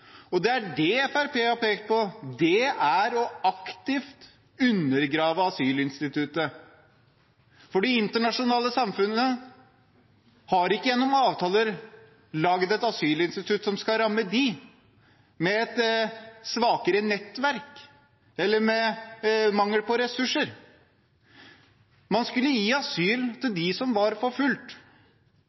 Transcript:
Det er det Fremskrittspartiet har pekt på. Det er å aktivt undergrave asylinstituttet. For det internasjonale samfunnet har ikke gjennom avtaler lagd et asylinstitutt som skal ramme dem med et svakere nettverk, eller med mangel på ressurser. Man skulle gi asyl til dem som var